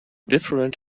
different